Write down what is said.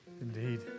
indeed